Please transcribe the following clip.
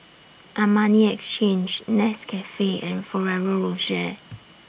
Armani Exchange Nescafe and Ferrero Rocher